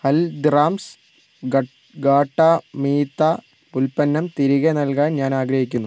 ഹൽദിറാംസ് ഖാട്ടാ മീത്ത ഉൽപ്പന്നം തിരികെ നൽകാൻ ഞാൻ ആഗ്രഹിക്കുന്നു